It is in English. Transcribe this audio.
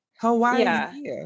Hawaii